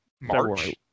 March